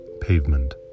pavement